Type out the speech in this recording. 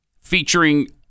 featuring